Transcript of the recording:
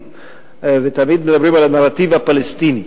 תמיד מדברים על הנרטיב הפלסטיני.